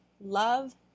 love